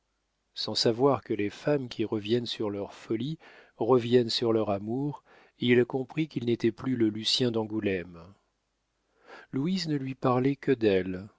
sans savoir que les femmes qui reviennent sur leurs folies reviennent sur leur amour il comprit qu'il n'était plus le lucien d'angoulême louise ne lui parlait que d'elle